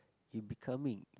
you becoming